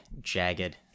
jagged